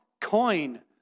coin